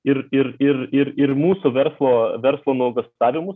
ir ir ir ir ir mūsų verslo verslo nuogąstavimus